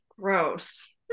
gross